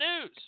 news